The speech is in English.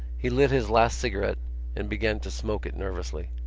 he lit his last cigarette and began to smoke it nervously.